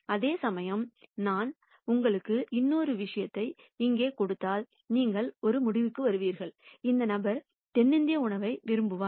அதேசமயம் நான் உங்களுக்கு இன்னொரு விஷயத்தை இங்கே கொடுத்தால் நீங்கள் ஒரு முடிவுக்கு வருவீர்கள் இந்த நபர் தென்னிந்திய உணவை விரும்புவார்